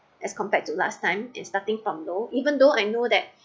as compared to last time is starting from low even though I know that